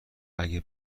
اگه